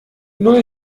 null